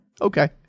Okay